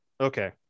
Okay